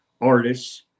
artists